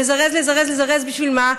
לזרז, לזרז, לזרז, בשביל מה?